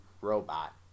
robot